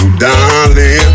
darling